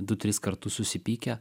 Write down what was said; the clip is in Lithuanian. du tris kartus susipykę